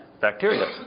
bacteria